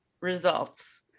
results